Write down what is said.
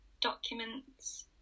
documents